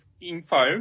info